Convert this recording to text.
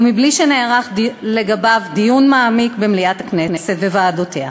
ומבלי שנערך לגביו דיון מעמיק במליאת הכנסת ובוועדותיה.